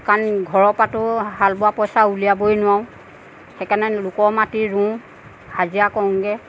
কাৰণ ঘৰৰ পৰাতো হাল বোৱা পইচা উলিয়াবই নোৱাৰোঁ সেই কাৰণে লোকৰ মাটিত ৰোওঁ হাজিৰা কৰোগৈ